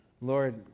Lord